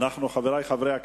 חברי חברי הכנסת,